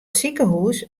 sikehûs